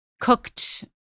cooked